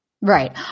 Right